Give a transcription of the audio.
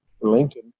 Lincoln